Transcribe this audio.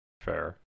Fair